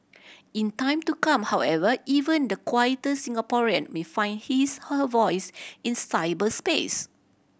in time to come however even the quieter Singaporean may find his her voice in cyberspace